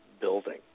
building